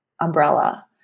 umbrella